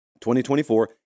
2024